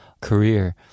career